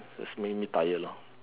just make me tired lor